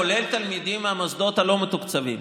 כולל תלמידים מהמוסדות הלא-מתוקצבים.